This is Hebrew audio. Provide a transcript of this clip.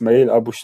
אסמאעיל אבו שנב,